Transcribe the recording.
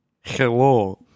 Hello